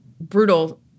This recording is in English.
brutal